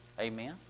amen